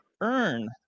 earn